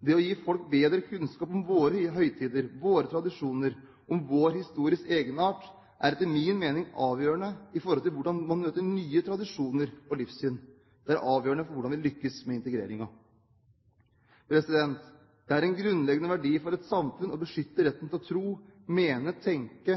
Det å gi folk bedre kunnskap om våre høytider, våre tradisjoner og vår histories egenart er etter min mening avgjørende for hvordan man møter nye tradisjoner og livssyn, det er avgjørende for hvordan vi lykkes med integreringen. Det er en grunnleggende verdi for et samfunn å beskytte retten til å tro,